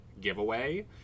giveaway